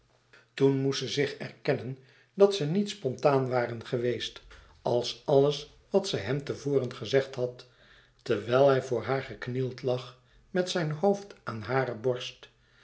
toen moest ze zich erkennen dat ze niet spontaan waren geweest als alles wat zij hem te voren gezegd had terwijl hij voor haar geknield lag met zijn hoofd aan hare borst